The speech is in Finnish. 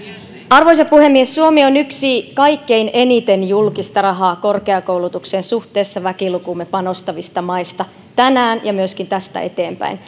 arvoisa puhemies suomi on yksi kaikkein eniten julkista rahaa korkeakoulutukseen suhteessa väkilukuun panostavista maista tänään ja myöskin tästä eteenpäin